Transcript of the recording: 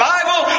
Bible